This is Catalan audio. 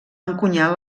encunyar